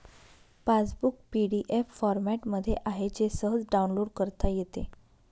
passbook PDF फॉरमॅटमध्ये आहे जे सहज डाउनलोड करता येते